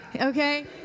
Okay